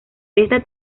está